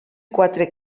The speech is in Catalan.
quatre